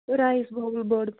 rice bowl بٔڑ